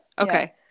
Okay